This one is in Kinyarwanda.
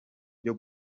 byo